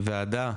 לוועדה.